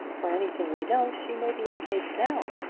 for anything we know, she may be engaged now.